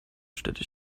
städte